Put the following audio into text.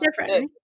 different